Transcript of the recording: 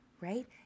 right